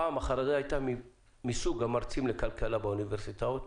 פעם החרדה הייתה מסוג המרצים לכלכלה באוניברסיטאות,